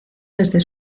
desde